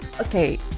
okay